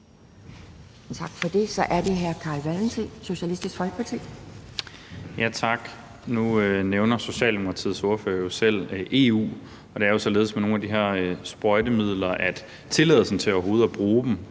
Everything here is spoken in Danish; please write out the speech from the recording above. Tak for det. Så er det hr. Carl Valentin, Socialistisk Folkeparti. Kl. 11:46 Carl Valentin (SF): Tak. Nu nævner Socialdemokratiets ordfører selv EU, og det er jo således med de her sprøjtemidler, at tilladelsen til overhovedet at bruge dem